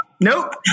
Nope